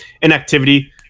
inactivity